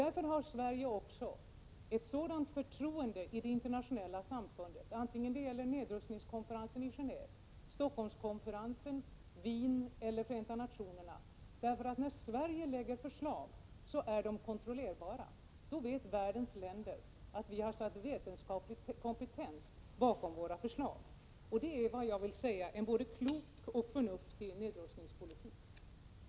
Därför har Sverige också ett sådant förtroende i det internationella samfundet, vare sig det gäller nedrustningskonferensen i Genéve, Stockholmskonferensen, konferensen i Wien eller Förenta nationerna. När Sverige lägger fram förslag är de kontrollerbara. Då vet världens länder att vi har vetenskaplig kompetens bakom våra förslag. Jag vill säga att detta är en både klok och förnuftig nedrustningspolitik.